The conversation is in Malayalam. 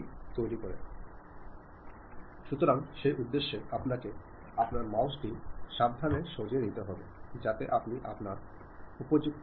ഞാൻ പൂർണ്ണമായി എന്നതുകൊണ്ട് ഉദ്ദേശിക്കുന്നത് ചിലപ്പോൾ ആളുകൾ വാമൊഴിയായി സംസാരിക്കുമ്പോൾ പകുതി വാചകം മാത്രം ഉപയോഗിക്കുന്നു എന്നതാണ്